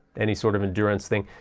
any sort of endurance thing,